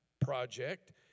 project